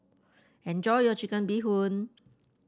enjoy your Chicken Bee Hoon